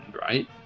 right